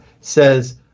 says